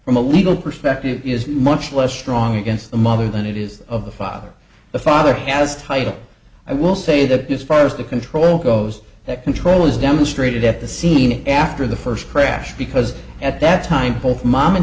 from a legal perspective is much less strong against the mother than it is of the father the father has title i will say that this follows the control goes that control is demonstrated at the scene after the first crash because at that time both mom and